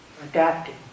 adapting